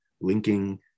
linking